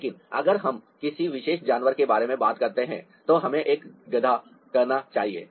लेकिन अगर हम किसी विशेष जानवर के बारे में बात करते हैं तो हमें एक गधा कहना चाहिए